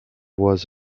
was